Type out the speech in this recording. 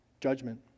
judgment